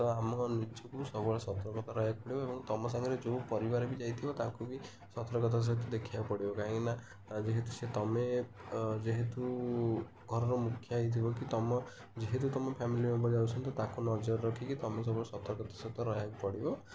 ତ ଆମ ନିଜକୁ ସବୁବେଳେ ସତର୍କତା ରହିବାକୁ ପଡ଼ିବ ଏବଂ ତୁମ ସାଙ୍ଗରେ ଯେଉଁ ପରିବାରବି ଯାଇଥିବ ତାଙ୍କୁବି ସତର୍କତାର ସହିତ ଦେଖିବାକୁ ପଡ଼ିବ କାହିଁକି ନା ତୁମେ ଯେହେତୁ ଘରର ମୁଖିଆ ହେଇଥିବ କି ତୁମ ଯେହେତୁ ତୁମ ଫ୍ୟାମିଲି ମେମ୍ବର୍ ଯାଉଛନ୍ତି ତାଙ୍କୁ ନଜର ରଖିକି ତୁମେ ସବୁବେଳେ ସତର୍କତାର ସହିତ ରହିବାକୁ ପଡ଼ିବ